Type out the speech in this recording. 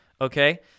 okay